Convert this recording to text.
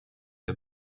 der